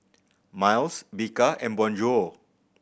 Miles Bika and Bonjour